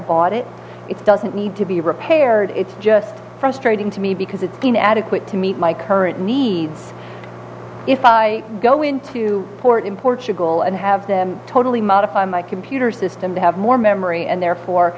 bought it it doesn't need to be repaired it's just frustrating to me because it's been adequate to meet my current needs if i go into port in portugal and have totally modify my computer system to have more memory and therefore